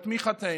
את תמיכתנו,